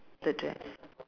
the dress